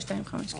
אני